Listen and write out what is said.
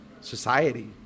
society